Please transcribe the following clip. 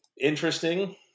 Interesting